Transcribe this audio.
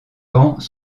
camps